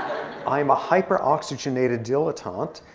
i'm a hyper-oxygenated dilettante.